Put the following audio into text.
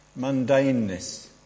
mundaneness